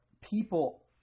people